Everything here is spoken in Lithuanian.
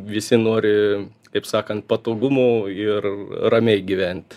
visi nori kaip sakant patogumo ir ramiai gyvent